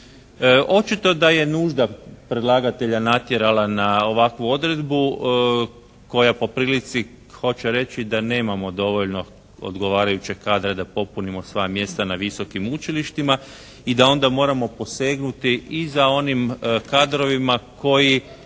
Očito da je nužda predlagatelja natjerala na ovakvu odredbu koja po prilici hoće reći da nemamo dovoljno odgovarajućeg kadra da popunimo sva mjesta na visokim učilištima i da onda moramo posegnuti i za onim kadrovima koji